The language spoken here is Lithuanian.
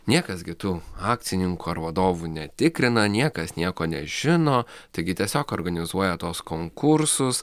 niekas gi tų akcininkų ar vadovų netikrina niekas nieko nežino taigi tiesiog organizuoja tuos konkursus